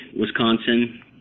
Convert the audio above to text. Wisconsin